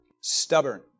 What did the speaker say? stubborn